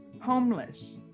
homeless